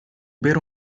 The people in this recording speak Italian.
bere